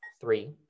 three